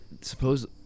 suppose